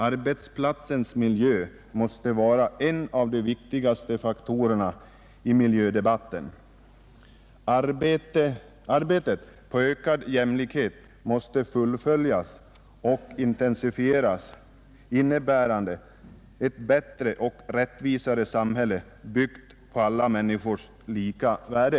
Arbetsplatsmiljön måste vara en av de viktigaste faktorerna i miljödebatten. Arbetet på ökad jämlikhet måste fullföljas och intensifieras, innebärande ett bättre och rättvisare samhälle, byggt på alla människors lika värde.